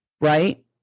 Right